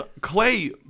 Clay